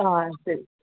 ആ ശരി